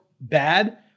bad